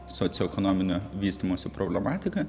socioekonominio vystymosi problematiką